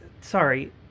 Sorry